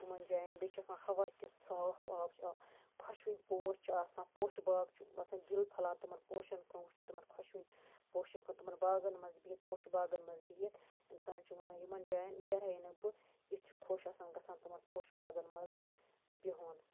یِمَن جاین بیٚیہِ چھُ آسان ہوا تہِ صاف آب چھُ خۄشوٕنۍ پوش چھِ آسان پوشہِ باغ چھُ باسان دِل پھلان تِمن پوشَن کُن وٕچھِتھ تِمَن خۄشوُن پوشَن کُن وِچھِتھ تِمَن باغَن منٛز بِہِتھ تِمن پوشہٕ باغَن منٛز بِہِتھ اِنسان چھُ وَنان یِمن جاین نیرہَیہِ نہٕ بہٕ یُتھ چھُ خۄش آسان گژھان تِمَن پوشہٕ باغن منٛز بِہُن